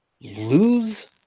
lose